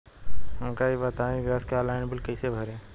हमका ई बताई कि गैस के ऑनलाइन बिल कइसे भरी?